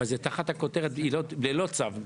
אבל זה תחת הכותרת: עילות ללא צו.